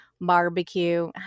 barbecue